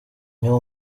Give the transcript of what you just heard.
niba